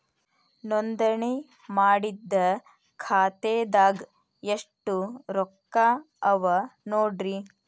ನೋಂದಣಿ ಮಾಡಿದ್ದ ಖಾತೆದಾಗ್ ಎಷ್ಟು ರೊಕ್ಕಾ ಅವ ನೋಡ್ರಿ